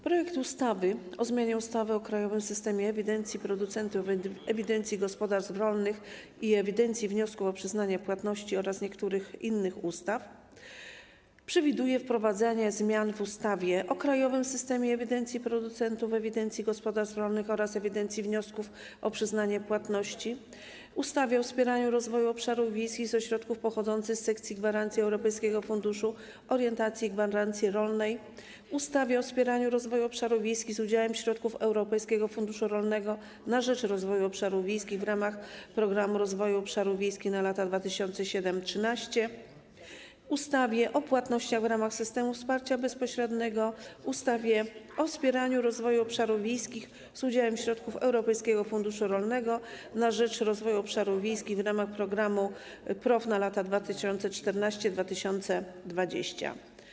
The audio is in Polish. Projekt ustawy o zmianie ustawy o krajowym systemie ewidencji producentów, ewidencji gospodarstw rolnych oraz ewidencji wniosków o przyznanie płatności oraz niektórych innych ustaw przewiduje wprowadzenie zmian w ustawie o krajowym systemie ewidencji producentów, ewidencji gospodarstw rolnych oraz ewidencji wniosków o przyznanie płatności, ustawie o wspieraniu rozwoju obszarów wiejskich ze środków pochodzących z Sekcji Gwarancji Europejskiego Funduszu Orientacji i Gwarancji Rolnej, ustawie o wspieraniu rozwoju obszarów wiejskich z udziałem środków Europejskiego Funduszu Rolnego na rzecz Rozwoju Obszarów Wiejskich w ramach Programu Rozwoju Obszarów Wiejskich na lata 2007-2013, ustawie o płatnościach w ramach systemów wsparcia bezpośredniego oraz ustawie o wspieraniu rozwoju obszarów wiejskich z udziałem środków Europejskiego Funduszu Rolnego na rzecz Rozwoju Obszarów Wiejskich w ramach PROW na lata 2014-2020.